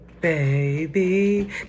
Baby